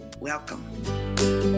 Welcome